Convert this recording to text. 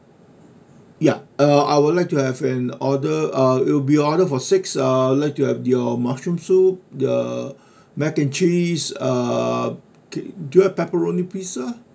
ya uh I would like to have an order uh it will be order for six uh I'd like to have your mushroom soup the mac and cheese uh do you have pepperoni pizza